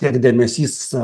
net dėmesys